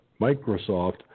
Microsoft